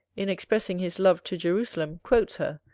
in expressing his love to jerusalem, quotes her,